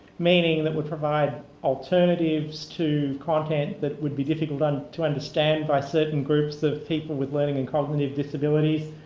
meaning that would provide alternatives to content that would be difficult um to understand by certain groups of people with learning and cognitive disabilities,